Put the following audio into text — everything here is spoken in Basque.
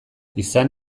izan